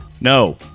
No